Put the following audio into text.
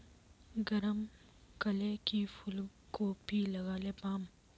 गरम कले की फूलकोबी लगाले पाम?